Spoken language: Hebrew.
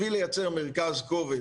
כדי לייצר כובד,